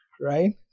right